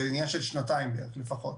זה עניין של שנתיים לפחות.